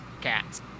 cats